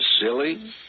silly